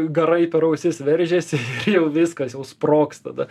garai per ausis veržiasi ir jau viskas jau sprogs tada